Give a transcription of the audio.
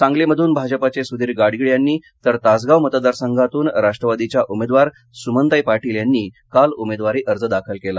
सांगलीमधन भाजपाचे सुधीर गाडगीळ यांनी तर तासगाव मतदारसंघातून राष्ट्रवादीच्या उमेदवार सुमनताई पाटील यांनी काल उमेदवारी अर्ज दाखल केला